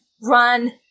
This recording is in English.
run